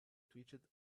twitched